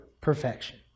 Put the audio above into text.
perfection